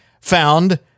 found